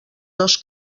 dos